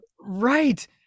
right